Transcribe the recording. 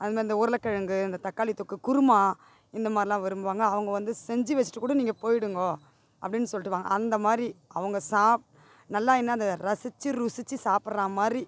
அதுமாரி இந்த உருளைக்கிழங்கு இந்த தக்காளி தொக்கு குருமா இந்தமாதிரிலாம் விரும்புவாங்க அவங்க வந்து செஞ்சு வச்சிட்டு கூட நீங்கள் போயிடுங்கோ அப்படின்னு சொல்லிட்டு வா அந்தமாதிரி அவங்க சா நல்லா என்னது ரசிச்சு ருசிச்சு சாப்பிட்றா மாதிரி